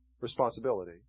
responsibility